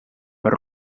per